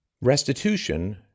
Restitution